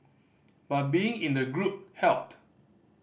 but being in a group helped